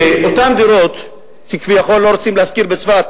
שאותן דירות שכביכול לא רוצים להשכיר בצפת,